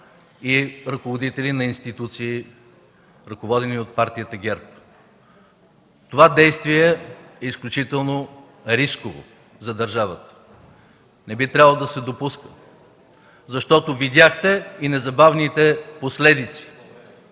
и ръководители на институции, ръководени от партията ГЕРБ. Това действие е изключително рисково за държавата. Не би трябвало да се допуска, защото видяхте и незабавните последици